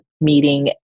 meeting